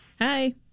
Hi